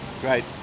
Great